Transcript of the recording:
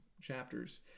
chapters